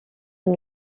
and